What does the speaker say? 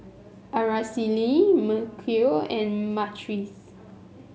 Araceli Mykel and Myrtice